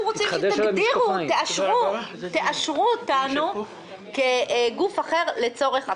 רוצים שתאשרו אותנו כ"גוף אחר" לצורך הפקעות.